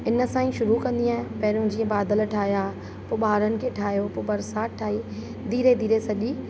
इन सां ई शुरू कंदी आहियां पहिरियों जीअं बादल ठाहिया पोइ ॿारनि खे ठाहियो पोइ बरसाति ठाही धीरे धीरे सॼी